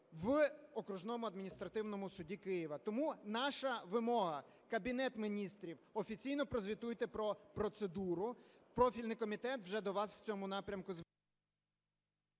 в окружному адміністративному суді Києва. Тому наша вимога. Кабінет Міністрів, офіційно прозвітуйте про процедуру, профільний комітет вже до вас в цьому напрямку…